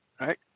right